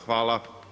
Hvala.